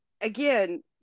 again